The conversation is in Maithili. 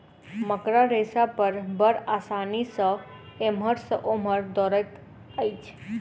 मकड़ा रेशा पर बड़ आसानी सॅ एमहर सॅ ओमहर दौड़ैत अछि